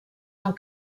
amb